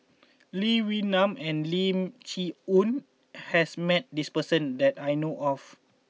Lee Wee Nam and Lim Chee Onn has met this person that I know of